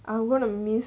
I'm gonna miss